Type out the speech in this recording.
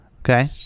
okay